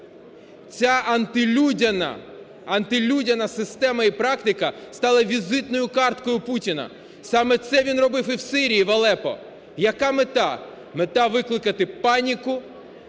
– антилюдяна! – система і практика стала візитною карткою Путіна. Саме це він робив і в Сирії, в Алепо. Яка мета? Мета – викликати паніку,